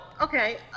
okay